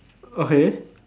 okay